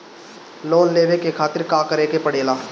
Loan लेवे के खातिर का करे के पड़ेला?